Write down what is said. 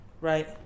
right